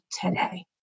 today